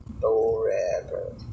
forever